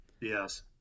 yes